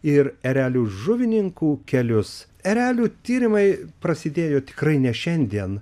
ir erelių žuvininkų kelius erelių tyrimai prasidėjo tikrai ne šiandien